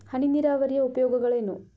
ಹನಿ ನೀರಾವರಿಯ ಉಪಯೋಗಗಳೇನು?